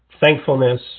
thankfulness